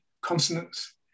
consonants